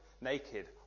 naked